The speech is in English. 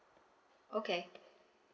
okay